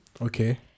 okay